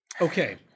Okay